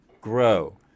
grow